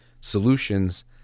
solutions